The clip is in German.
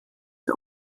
der